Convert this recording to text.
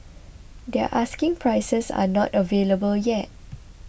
their asking prices are not available yet